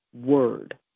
word